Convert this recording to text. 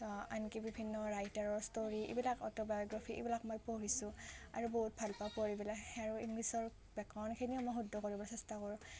আনকি বিভিন্ন ৰাইটাৰৰ ষ্টৰি এইবিলাক অটো'বায়গ্ৰাফি এইবিলাক মই পঢ়িছোঁ আৰু বহুত ভাল পাওঁ পঢ়ি পেলাই আৰু ইংলিছৰ ব্যাকৰণখিনিও মই শুদ্ধ কৰিবৰ চেষ্টা কৰোঁ